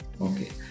Okay